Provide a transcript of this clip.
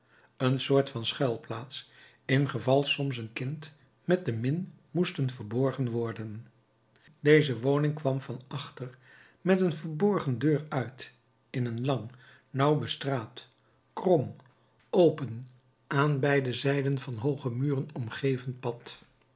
een soort van schuilplaats ingeval soms een kind met de min moesten verborgen worden deze woning kwam van achter met een verborgen deur uit in een lang nauw bestraat krom open aan beide zijden van hooge muren omgeven pad